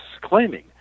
claiming